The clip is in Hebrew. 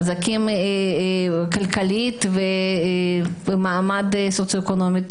חזקים כלכלית ובמעמד סוציואקונומי טוב.